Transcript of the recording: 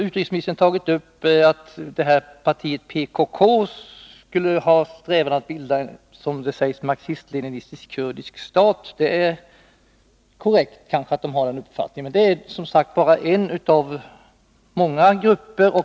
Utrikesministern säger i svaret att partiet PKK skulle ha en strävan att bilda en marxist-leninistisk kurdisk stat, och det är kanske korrekt. Men PKK är bara en av många grupper.